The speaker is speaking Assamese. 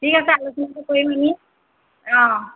ঠিক আছে আলোচনাটো কৰিম আমি অঁ